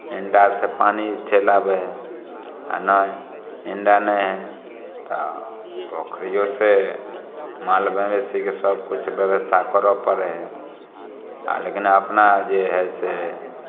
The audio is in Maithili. इण्डा से पानी ऊपछै ला आबै है आ नहि इण्डा नहि है तऽ पोखरियौ से माल मवेशीके सबकिछु व्यवस्था करऽ परै है आ लेकिन अपना जे है से